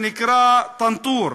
שנקרא טנטור.